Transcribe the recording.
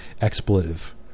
expletive